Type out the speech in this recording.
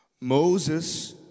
Moses